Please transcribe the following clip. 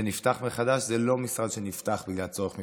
נפתח מחדש, אבל זה לא משרד שנפתח בגלל צורך מבצעי,